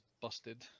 busted